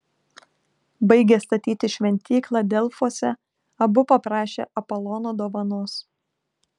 baigę statyti šventyklą delfuose abu paprašė apolono dovanos